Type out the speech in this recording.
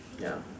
ya